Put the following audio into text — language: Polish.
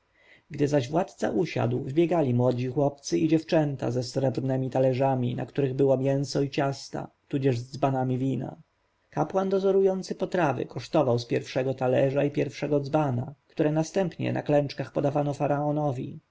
gdy zaś władca usiadł wbiegały młode chłopcy i dziewczęta ze srebrnemi talerzami na których było mięso i ciasta tudzież z dzbanami wina kapłan dozorujący potraw kosztował z pierwszego talerza i pierwszego dzbana które następnie na klęczkach podawano